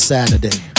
Saturday